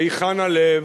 היכן הלב,